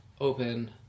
open